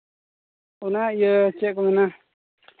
ᱚᱱᱟ ᱤᱭᱟᱹ ᱪᱮᱫ ᱠᱚ ᱢᱮᱱᱟ